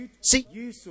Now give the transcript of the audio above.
See